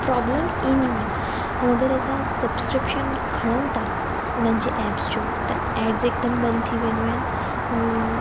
problems ईंदियूं आहिनि ऐं अगरि असां सब्सक्रिप्शन खणूं था उन्हनि जे एप्स जो त एड्स हिकदमि बंदि थी वेंदियूं आहिनि ऐं